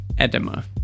edema